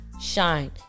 shine